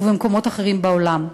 ובמקומות אחרים בעולם.